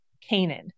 Canaan